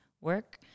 work